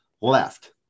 left